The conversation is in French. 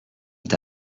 est